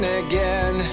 again